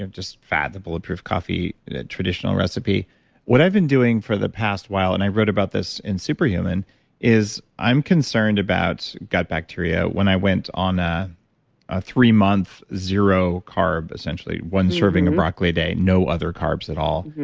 and just fad, the bulletproof coffee, the ah traditional recipe what i've been doing for the past while, and i wrote about this in super human is i'm concerned about gut bacteria when i went on ah a three month zero carb, essentially, one serving of broccoli a day, no other carbs at all.